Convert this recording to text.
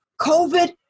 COVID